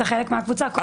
אתה חלק מהקבוצה.